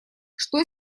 что